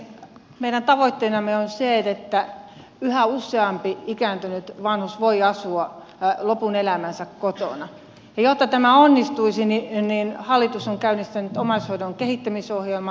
meidän tavoitteenamme on se että yhä useampi ikääntynyt vanhus voi asua lopun elämänsä kotona ja jotta tämä onnistuisi hallitus on käynnistänyt omaishoidon kehittämisohjelman